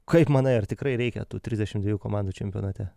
kaip manai ar tikrai reikia tų trisdešimt dviejų komandų čempionate